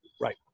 Right